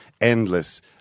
endless